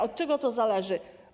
Od czego to zależy?